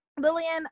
Lillian